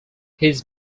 his